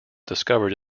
discovered